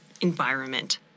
environment